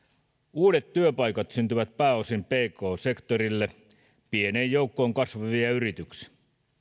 uudet työpaikat syntyvät pääosin pk sektorille pieneen joukkoon kasvavia yrityksiä